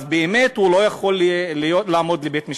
אז באמת הוא לא יכול לעמוד למשפט,